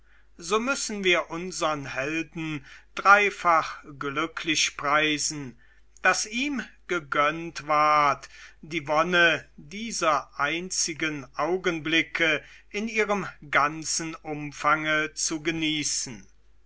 so müssen wir unsern helden dreifach glücklich preisen daß ihm gegönnt ward die wonne dieser einzigen augenblicke in ihrem ganzen umfange zu genießen